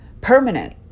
permanent